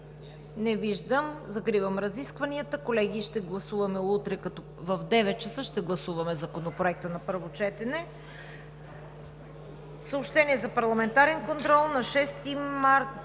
Не виждам. Закривам разискванията. Колеги, утре в 9,00 ч. ще гласуваме Законопроекта на първо четене. Съобщения за парламентарен контрол на 6 март